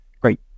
Great